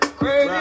crazy